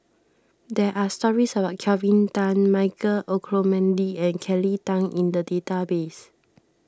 there are stories about Kelvin Tan Michael Olcomendy and Kelly Tang in the database